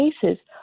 cases